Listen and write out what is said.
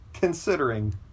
considering